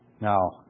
Now